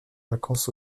vacances